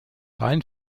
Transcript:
rein